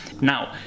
now